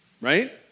right